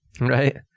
Right